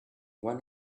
one